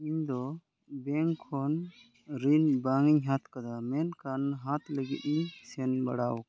ᱤᱧ ᱫᱚ ᱵᱮᱝᱠ ᱠᱷᱚᱱ ᱨᱤᱱ ᱵᱟᱹᱧ ᱦᱟᱛᱟᱣ ᱠᱟᱫᱟ ᱢᱮᱱᱠᱷᱟᱱ ᱦᱟᱛᱟᱣ ᱞᱟᱹᱜᱤᱫ ᱤᱧ ᱥᱮᱱ ᱵᱟᱲᱟᱣ ᱠᱟᱱᱟ